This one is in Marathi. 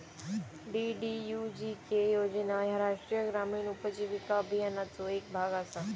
डी.डी.यू.जी.के योजना ह्या राष्ट्रीय ग्रामीण उपजीविका अभियानाचो येक भाग असा